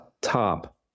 top